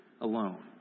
alone